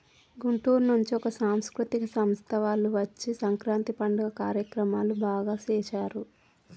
గుంటూరు నుంచి ఒక సాంస్కృతిక సంస్థ వాళ్ళు వచ్చి సంక్రాంతి పండుగ కార్యక్రమాలు బాగా సేశారు